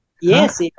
Yes